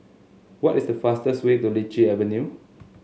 what is the fastest way to Lichi Avenue